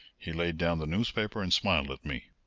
he laid down the newspaper and smiled at me.